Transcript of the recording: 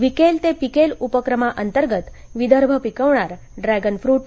विकेल ते पिकेल उपक्रमाअंतर्गत विदर्भ पिकवणार ड्रॅगन फ्रूट